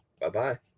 Bye-bye